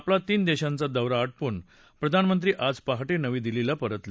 आपला तीन देशांचा दौरा आटोपून प्रधानमंत्री मोदी आज पहाटे नवी दिल्लीला परतले